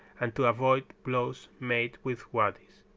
and to avoid blows made with waddies.